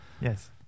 Yes